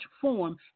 form